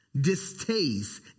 distaste